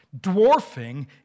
dwarfing